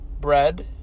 bread